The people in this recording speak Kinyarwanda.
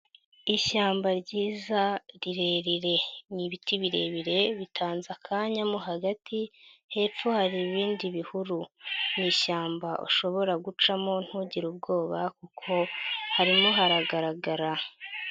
Ishyamba ryiza rirerire. Ni ibiti birebire bitanze akanya mo hagati, hepfo hari ibindi bihuru. Ni ishyamba ushobora gucamo ntugire ubwoba kuko harimo haragaragara.